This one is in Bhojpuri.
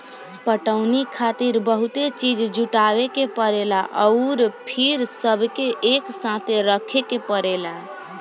पटवनी खातिर बहुते चीज़ जुटावे के परेला अउर फिर सबके एकसाथे रखे के पड़ेला